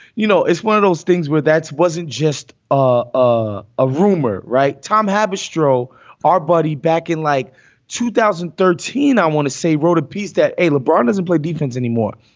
you know, it's one of those things where that wasn't just ah a rumor. right. tom habbush, throw our body back in like two thousand and thirteen. i want to say, wrote a piece that a lebron doesn't play defense anymore.